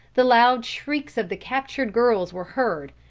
the loud shrieks of the captured girls were heard,